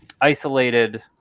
isolated